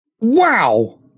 wow